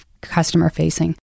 customer-facing